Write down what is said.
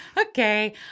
Okay